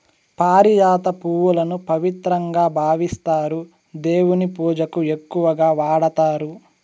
పారిజాత పువ్వులను పవిత్రంగా భావిస్తారు, దేవుని పూజకు ఎక్కువగా వాడతారు